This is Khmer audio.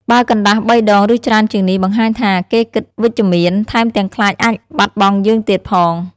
បើកណ្តាស់បីដងឬច្រើនជាងនេះ បង្ហាញថា គេគិតវិជ្ជមាន ថែមទាំងខ្លាចអាចបាត់យើងទៀតផង!